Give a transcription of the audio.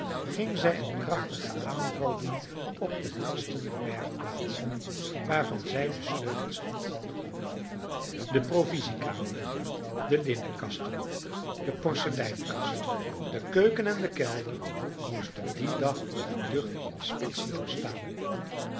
ging zij een krachtigen aanval doen op de kasten en bergplaatsen waarvan zij de sleutels had de provisiekamer de linnenkasten de porseleinkast de keuken en de kelder moesten dien dag eene geduchte inspectie doorstaan